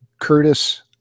Curtis